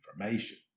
information